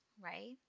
right